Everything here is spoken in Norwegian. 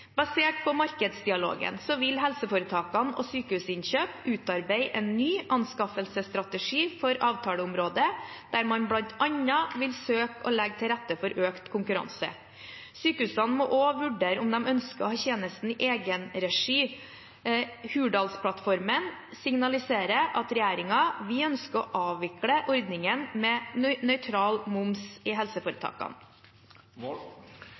Basert på markedsdialogen vil helseforetakene og Sykehusinnkjøp HF utarbeide en ny anskaffelsesstrategi for avtaleområdet der man bl.a. vil søke å legge til rette for økt konkurranse. Sykehusene må også vurdere om de ønsker å ha tjenesten i egenregi. Hurdalsplattformen signaliserer at regjeringen ønsker å avvikle ordningen med nøytral moms i